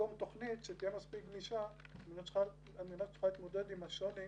לרקום תוכנית שתהיה מספיק גמישה על מנת שתוכל להתמודד עם השוני,